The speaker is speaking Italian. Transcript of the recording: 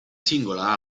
singola